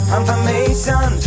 information